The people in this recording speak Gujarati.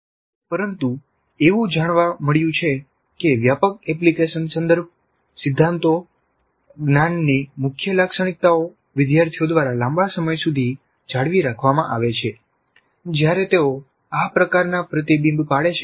પરંતુ એવું જાણવા મળ્યું છે કે વ્યાપક એપ્લિકેશન સંદર્ભ સિદ્ધાંતો જ્ઞાનનની મુખ્ય લાક્ષણિકતાઓ વિદ્યાર્થીઓ દ્વારા લાંબા સમય સુધી જાળવી રાખવામાં આવે છે જ્યારે તેઓ આ પ્રકારનું પ્રતિબિંબ પાડે છે